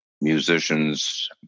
musicians